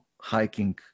hiking